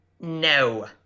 No